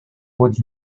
what